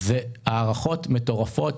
אלה הארכות מטורפות.